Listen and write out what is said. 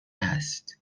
هست